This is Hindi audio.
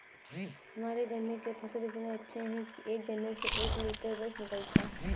हमारे गन्ने के फसल इतने अच्छे हैं कि एक गन्ने से एक लिटर रस निकालता है